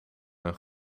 een